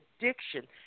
addiction